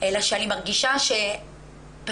אלא שאני מרגישה שפשוט